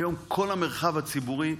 היום כל המרחב הציבורי,